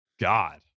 God